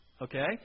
Okay